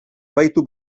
bahitu